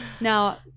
Now